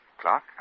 Clark